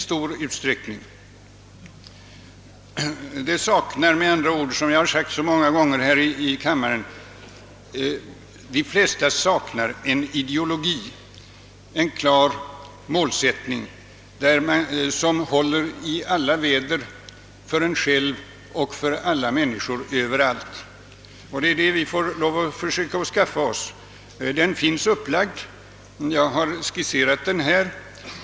De flesta saknar, som jag många gånger tidigare sagt här i kammaren, en ideologi, en klar målsättning som håller i alla väder för dem själva och för alla människor överallt. Det är denna vi måste skaffa oss. Den finns — jag har skisserat den här.